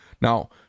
Now